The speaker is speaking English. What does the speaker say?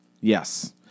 Yes